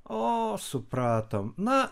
o supratom na